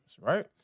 Right